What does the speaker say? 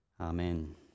Amen